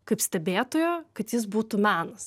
kaip stebėtojo kad jis būtų menas